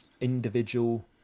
individual